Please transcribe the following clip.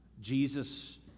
Jesus